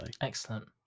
Excellent